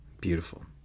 Beautiful